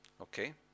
Okay